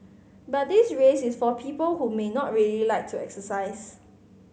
but this race is for people who may not really like to exercise